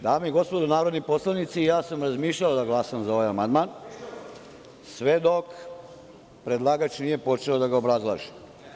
Dame i gospodo narodni poslanici, razmišljao sam da glasam za ovaj amandman, sve dok predlagač nije počeo da ga obrazlaže.